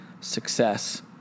success